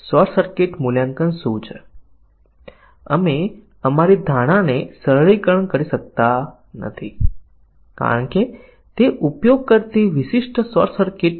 પરંતુ નિર્ણય કવરેજ અથવા શાખા કવરેજ પ્રાપ્ત થશે નહીં કારણ કે આપણને એ પરીક્ષણની પણ જરૂર છે જે b અને b બને કેસ સેટ કરે છે